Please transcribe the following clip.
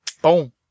Boom